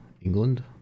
England